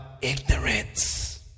ignorance